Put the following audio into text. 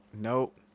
Nope